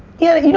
yeah, you know